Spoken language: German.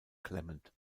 clement